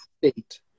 state